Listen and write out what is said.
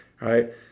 right